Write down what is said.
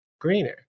greener